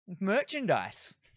merchandise